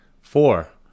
Four